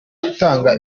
gutanga